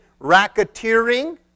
racketeering